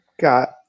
got